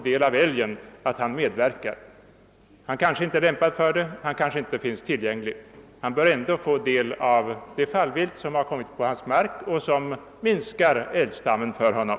Men rätten till fallvilt bör inte bindas vid hans medverkan. Han bör ändå få del av fallviltet på sin mark, eftersom det minskar viltstammen för honom.